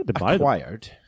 acquired